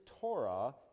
Torah